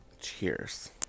cheers